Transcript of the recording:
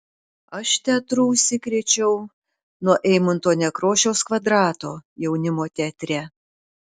aš teatru užsikrėčiau nuo eimunto nekrošiaus kvadrato jaunimo teatre